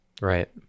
Right